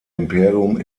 imperium